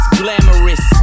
glamorous